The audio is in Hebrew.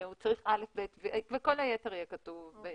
שהוא צריך כך וכך וכל היתר יהיה כתוב בתקנות.